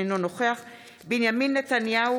אינו נוכח בנימין נתניהו,